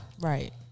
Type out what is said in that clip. Right